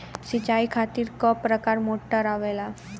सिचाई खातीर क प्रकार मोटर आवेला?